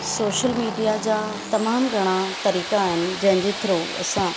social media जा तमामु घणा तरीक़ा आहिनि जंहिंजे थ्रू असां